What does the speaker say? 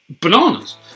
bananas